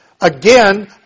again